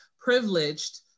Privileged